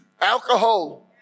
alcohol